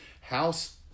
house